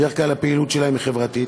בדרך כלל הפעילות שלהם היא חברתית,